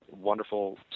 wonderful